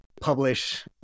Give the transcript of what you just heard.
publish